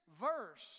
verse